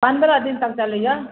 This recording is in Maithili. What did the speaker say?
पनरह दिन तक चलैए